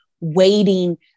Waiting